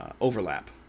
overlap